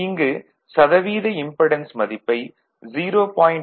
இங்கு சதவீத இம்படென்ஸ் மதிப்பை 0